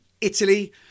Italy